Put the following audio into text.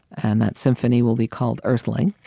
and that symphony will be called earthling.